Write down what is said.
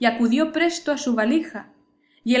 y acudió presto a su valija